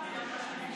בבקשה.